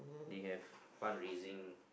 they have fund raising